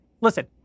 Listen